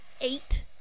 eight